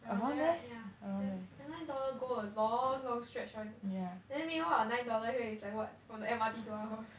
around there right yeah then the nine dollar go a long long stretch [one] then meanwhile our nine dollar here it's like [what] from the M_R_T to our house